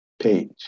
page